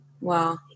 Wow